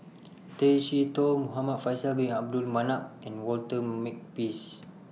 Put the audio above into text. Tay Chee Toh Muhamad Faisal Bin Abdul Manap and Walter Makepeace